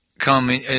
come